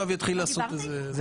סגורה.